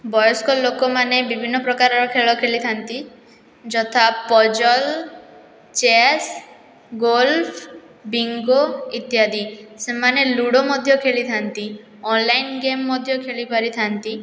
ବୟସ୍କ ଲୋକମାନେ ବିଭିନ୍ନ ପ୍ରକାରର ଖେଳ ଖେଳିଥାଆନ୍ତି ଯଥା ପଜଲ୍ ଚେସ୍ ଗୋଲଫ୍ ବିଙ୍ଗୋ ଇତ୍ୟାଦି ସେମାନେ ଲୁଡ଼ୁ ମଧ୍ୟ ଖେଳିଥାନ୍ତି ଅନଲାଇନ ଗେମ୍ ମଧ୍ୟ ଖେଳିପାରିଥାନ୍ତି